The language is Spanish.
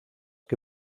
que